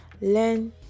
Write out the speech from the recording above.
learn